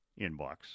inbox